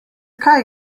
kaj